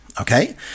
Okay